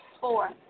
Four